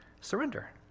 surrender